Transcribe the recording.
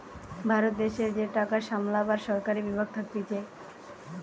ভারত দেশের যে টাকা সামলাবার সরকারি বিভাগ থাকতিছে